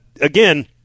again